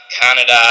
Canada